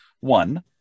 One